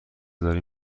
داری